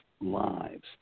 lives